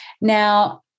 Now